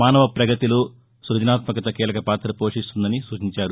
మాసవ ప్రగతిలో సృజనాత్మకత కీలక పాత పోషిస్తుందని సూచించారు